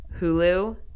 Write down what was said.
Hulu